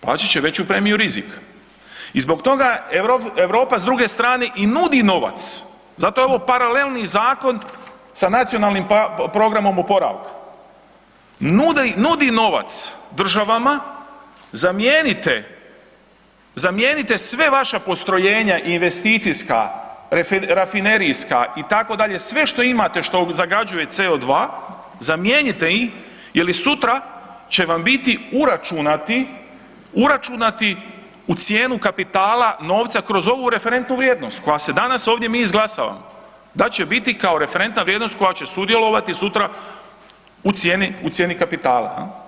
Plaćat će veću premiju rizika i zbog toga Europa s druge strane i nudi novac, zato je ovo paralelni zakon sa Nacionalnim programom oporavka, nudi novac državama, zamijenite sve vaša postrojenja investicijska, rafinerijska, itd. sve što imate, što zagađuje CO2, zamijenite ih jer i sutra će vam biti uračunati u cijenu kapitala novca kroz ovu referentnu vrijednost koja se danas ovdje mi izglasavamo, da će biti kao referentna vrijednost koja će sudjelovati sutra u cijeni kapitala.